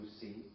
see